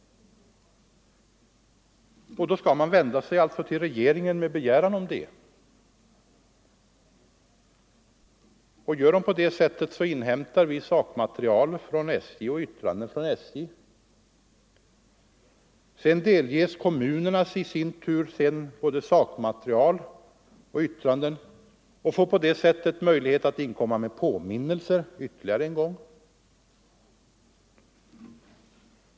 Då skall man alltså vända sig till regeringen med en begäran om detta. Gör man på det sättet, så inhämtar vi sakmaterial och yttranden från SJ. Sedan delges kommunerna i sin tur både sakmaterial och yttranden och får på det sättet möjlighet att inkomma med påminnelser ytterligare en gång.